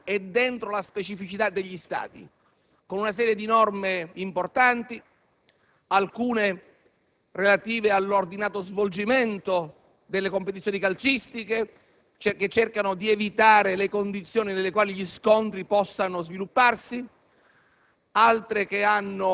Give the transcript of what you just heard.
all'interno degli stadi, e nella specificità degli stadi, con una serie di norme importanti, alcune relative all'ordinato svolgimento delle competizioni calcistiche, che cercano di evitare le condizioni nelle quali gli scontri possano svilupparsi,